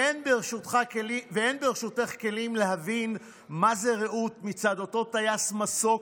ואין ברשותך כלים להבין מה זה רעות מצד אותו טייס מסוק,